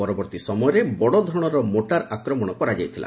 ପରବର୍ତ୍ତୀ ସମୟରେ ବଡ଼ଧରଣର ମୋର୍ଟାର ଆକ୍ରମଣ କରାଯାଇଥିଲା